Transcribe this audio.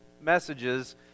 messages